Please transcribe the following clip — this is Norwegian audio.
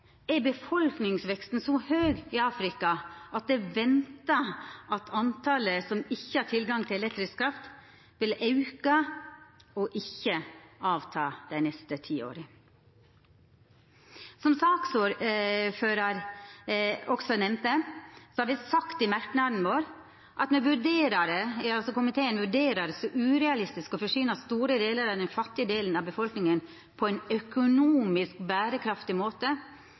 er befolkningsveksten i Afrika så høg at det er venta at talet på dei som ikkje har tilgang til elektrisk kraft, vil auka og ikkje avta dei neste ti åra. Som saksordføraren også nemnde, har komiteen skrive i merknadane at me «vurderer det som urealistisk å forsyne store deler av den fattige delen av befolkningen på en økonomisk bærekraftig måte